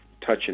touching